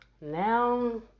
Now